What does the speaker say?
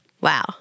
Wow